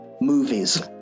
movies